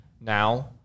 now